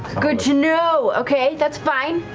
good to know. okay, that's fine.